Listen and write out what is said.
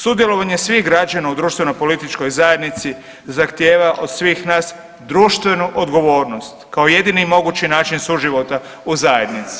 Sudjelovanje svih građana u društveno političkoj zajednici zahtjeva od svih nas društvenu odgovornost kao jedini i mogući način suživota u zajednici.